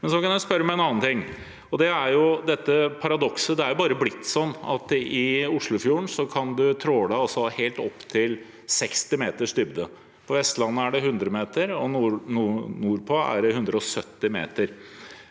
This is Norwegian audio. Jeg kan spørre om en annen ting, om dette paradokset at det bare er blitt sånn at i Oslofjorden kan man tråle helt opp til 60 meters dybde. På Vestlandet er det 100 meter, og nordpå er det 170 meter.